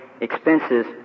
expenses